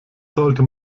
sollte